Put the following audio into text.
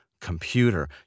computer